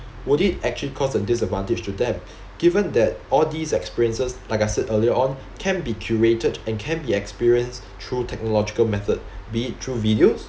would it actually cause a disadvantage to them given that all these experiences like I said earlier on can be curated and can be experience through technological method be it through videos